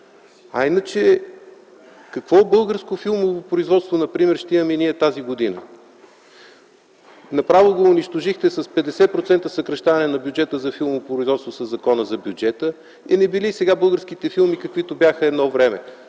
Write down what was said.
А иначе какво българско филмово производство, например ще имаме ние тази година? Направо го унищожихте с 50% съкращаване на бюджета за филмопроизводство със Закона за бюджета. И не били сега българските филми каквито бяха едно време.